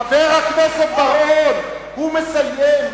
חבר הכנסת בר-און, הוא מסיים.